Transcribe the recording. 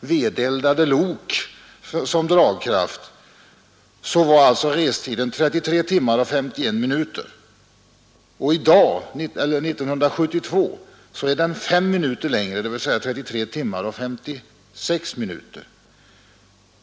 vedeldade lok som dragkraft — var 33 timmar 51 minuter. I dag, 1972, är den 5 minuter längre, dvs. 33 timmar 56 minuter.